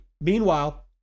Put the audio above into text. meanwhile